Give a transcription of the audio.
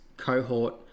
cohort